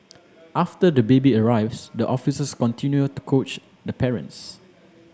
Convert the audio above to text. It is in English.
after the baby arrives the officers continue to coach the parents